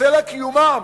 סלע קיומם,